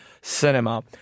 cinema